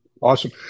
Awesome